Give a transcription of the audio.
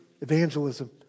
evangelism